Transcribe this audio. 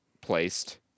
placed